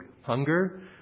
Hunger